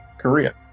Korea